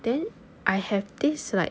then I have this like